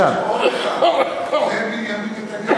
יש עוד אחד: זה בנימין נתניהו.